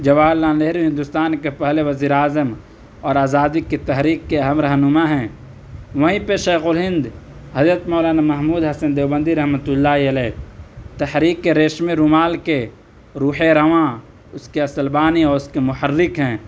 جواہر لال نہرو ہندوستان کے پہلے وزیر اعظم اور آزادی کی تحریک کے اہم رہنما ہیں وہیں پہ شیخ الہند حضرت مولانا محمود حسن دیوبندی رحمتہ اللّہ علیہ تحریک ریشمی رومال کے روح رواں اس کے اصل بانی اور اس کے محرّک ہیں